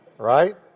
Right